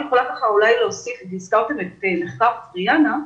הזכרתם את מחקר טריאנה,